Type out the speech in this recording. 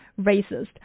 racist